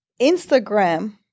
Instagram